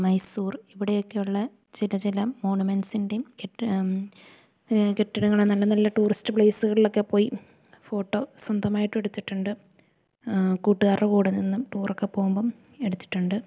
മൈസൂർ ഇവിടെ ഒക്കെയുള്ള ചില ചില മോണമെൻസിൻറ്റെം കെട്ട് കെട്ടിടങ്ങൾ നല്ല നല്ല ടൂറിസ്റ്റ് പ്ലേസുകളിലൊക്കെ പോയി ഫോട്ടോ സ്വന്തമായിട്ട് എടുത്തിട്ടുണ്ട് കൂട്ടുകാരുടെ കൂടെ നിന്നും ടൂറൊക്കെ പോകുമ്പം എടുത്തിട്ടുണ്ട്